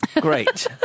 Great